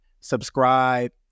subscribe